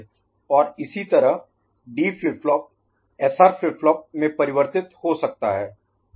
Qn1 JQn' K'Qn D JQn' K'Qn और इसी तरह D flip flop SR flip flop में परिवर्तित हो सकता है